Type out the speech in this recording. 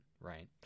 right